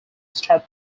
star